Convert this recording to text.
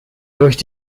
durch